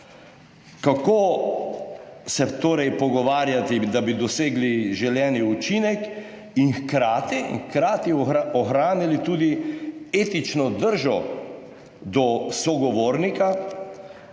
Kako se torej pogovarjati, da bi dosegli želeni učinek in hkrati ohranili tudi etično držo do sogovornika?